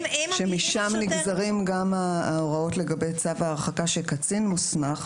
שמשם נגזרים גם ההוראות לגבי צו ההרחקה של קצין מוסמך,